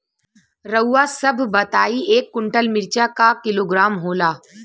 रउआ सभ बताई एक कुन्टल मिर्चा क किलोग्राम होला?